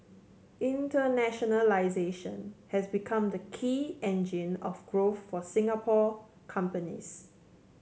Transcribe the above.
internationalisation has become the key engine of growth for Singapore companies